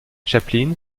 chaplin